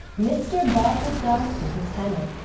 mr. bartell d'arcy, the tenor.